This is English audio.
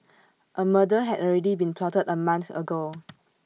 A murder had already been plotted A month ago